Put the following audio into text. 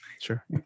Sure